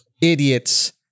idiots